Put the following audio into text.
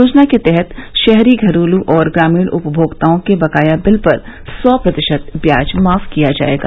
योजना के तहत शहरी घरेलू और ग्रामीण उपभोक्ताओं के बकाया बिल पर सौ प्रतिशत व्याज माफ किया जायेगा